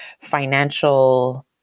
financial